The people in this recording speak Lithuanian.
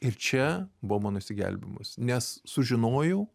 ir čia buvo mano išsigelbėjimas nes sužinojau